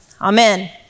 Amen